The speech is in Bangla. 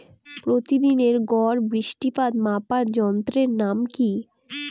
প্রতিদিনের গড় বৃষ্টিপাত মাপার যন্ত্রের নাম কি?